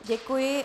Děkuji.